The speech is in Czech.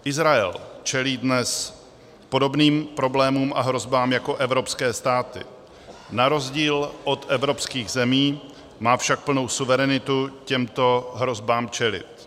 Izrael čelí dnes podobným problémům a hrozbám jako evropské státy, na rozdíl od evropských zemí má však plnou suverenitu těmto hrozbám čelit.